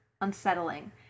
unsettling